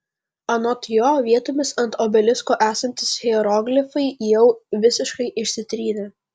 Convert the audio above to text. anot jo vietomis ant obelisko esantys hieroglifai jau visiškai išsitrynė